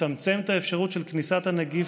לצמצם את האפשרות של כניסת הנגיף.